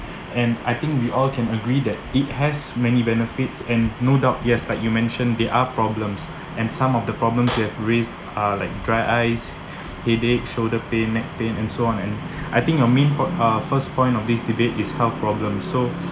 and I think we all can agree that it has many benefits and no doubt yes like you mentioned there are problems and some of the problems that raised are like dry eyes headache shoulder pain neck pain and so on and I think a main po~ uh first point of this debate is health problems so